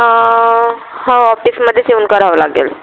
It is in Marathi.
हो ऑफिसमध्येच येऊन करावं लागेल